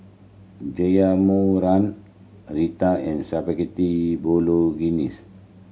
Raita and Spaghetti Bolognese